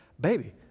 baby